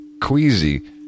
queasy